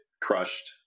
Crushed